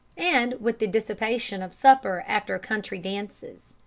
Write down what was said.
and with the dissipation of supper after country dances.